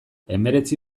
hemeretzi